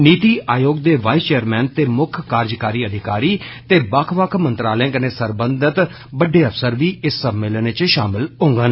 निति आयोग दे vice chairman ते मुक्खकार्जकारी अधिकारी ते बक्ख बक्ख मंत्रालयें कन्नै सरबंधत बड़डे अफसर बी इस सम्मेलन च शामल होगंन